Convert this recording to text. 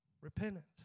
repentance